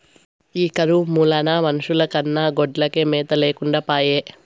ఈ కరువు మూలాన మనుషుల కన్నా గొడ్లకే మేత లేకుండా పాయె